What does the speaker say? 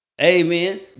Amen